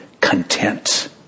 content